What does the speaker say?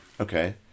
Okay